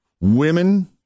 women